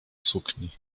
sukni